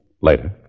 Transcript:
Later